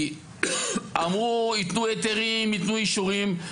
כי אמרו, יתנו היתרים, יתנו אישורים.